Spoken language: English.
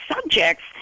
subjects